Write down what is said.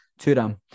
Turam